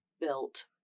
built